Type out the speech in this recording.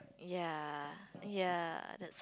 ya ya that